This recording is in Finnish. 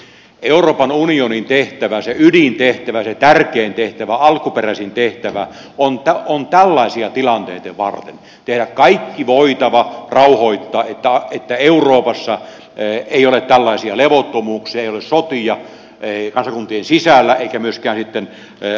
euroopan unionin tehtävä se ydintehtävä se tärkein tehtävä alkuperäisin tehtävä on tällaisia tilanteita varten tehdä kaikki voitava rauhoittaa että euroopassa ei ole tällaisia levottomuuksia ei ole sotia kansakuntien sisällä eikä myöskään sitten laajempiakaan